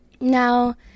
Now